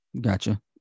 Gotcha